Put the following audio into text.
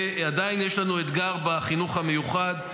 עדיין יש לנו אתגר בחינוך המיוחד,